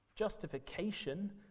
justification